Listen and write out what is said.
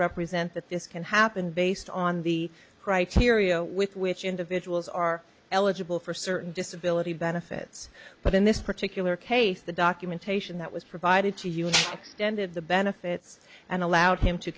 represent that this can happen based on the criteria with which individuals are eligible for certain disability benefits but in this particular case the documentation that was provided to us ended the benefits and allowed him to